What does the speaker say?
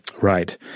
Right